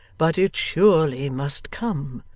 but it surely must come.